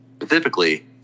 specifically